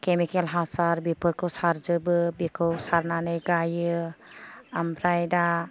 chemical हासार बेफोरखौ सारजोबो बेखौ सारनानै गायो ओमफ्राय दा